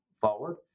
forward